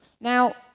Now